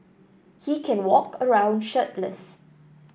he can walk around shirtless